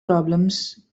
problems